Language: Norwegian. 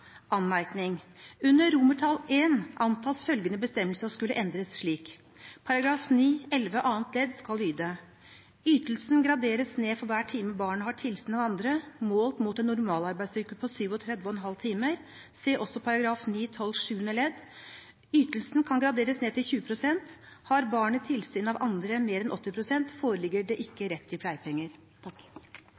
Anmerkning: Under I antas følgende bestemmelse å skulle endres slik: § 9-11 annet ledd skal lyde: Ytelsen graderes ned for hver time barnet har tilsyn av andre, målt mot en normalarbeidsuke på 37,5 timer, se også § 9-12 sjuende ledd. Ytelsen kan graderes ned til 20 prosent. Har barnet tilsyn av andre mer enn 80 prosent, foreligger det ikke rett til pleiepenger.»